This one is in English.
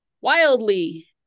wildly